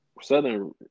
Southern